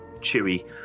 Chewy